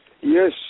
Yes